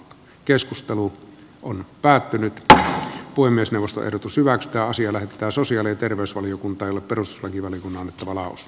keskustelu on päättynyt tähti voi myös nostoehdotus hyväksytä asialle ja sosiaali terveysvaliokunta peruslakivaliokunnan troolaus